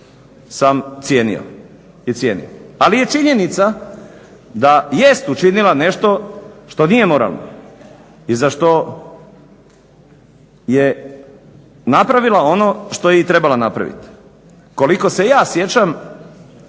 sam cijenio i cijenim, ali je činjenica da jest učinila nešto što nije moralno i za što je napravila ono što je i trebala napraviti. Koliko se ja sjećam